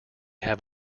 have